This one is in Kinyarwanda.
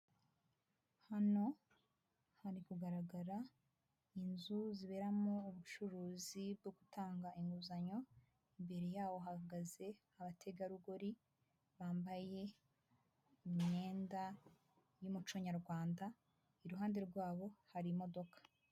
Hano hari kugaragara inzu ziberamo ubucuruzi bwo gutanga inguzanyo, imbere yaho hahagaze abategarugori bambaye imyenda y'umuco nyarwanda, iruhande rwabo hari imodoka.